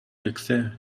excessively